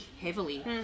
heavily